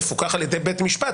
מפוקח על ידי בית משפט.